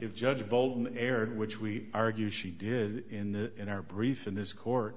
if judge bolton erred which we argue she did in the in our brief in this court